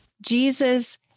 Jesus